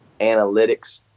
analytics